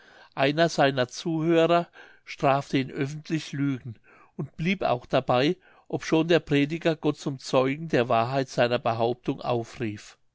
einer seiner zuhörer strafte ihn öffentlich lügen und blieb auch dabei obschon der prediger gott zum zeugen der wahrheit seiner behauptung aufrief